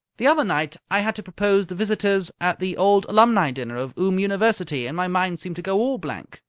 the other night i had to propose the visitors at the old alumni dinner of oom university, and my mind seemed to go all blank.